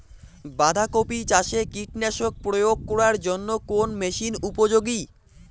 বাঁধা কপি চাষে কীটনাশক প্রয়োগ করার জন্য কোন মেশিন উপযোগী?